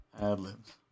ad-libs